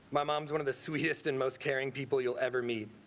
my mom's one of the sweetest and most caring people you'll ever meet.